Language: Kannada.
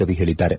ರವಿ ಹೇಳಿದ್ದಾರೆ